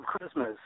Christmas